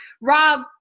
Rob